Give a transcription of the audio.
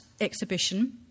exhibition